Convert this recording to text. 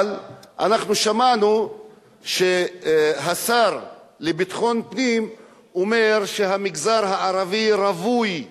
אבל אנחנו שמענו שהשר לביטחון פנים אומר שהמגזר הערבי רווי בנשק.